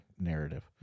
narrative